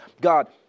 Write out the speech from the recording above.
God